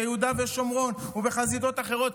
ביהודה ושומרון ובחזיתות אחרות,